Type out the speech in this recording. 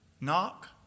knock